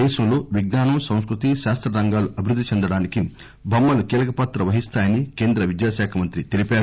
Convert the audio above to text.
దేశంలో విజ్ఞానం సంస్కృతి శాస్త రంగాలు అభివృద్ది చెందడానికి బొమ్మలు కీలకపాత్ర వహిస్తాయని కేంద్ర విద్యామంత్రి చెప్పారు